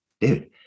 dude